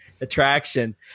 attraction